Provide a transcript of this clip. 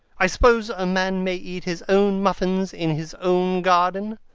i suppose a man may eat his own muffins in his own garden.